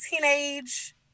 teenage